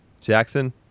Jackson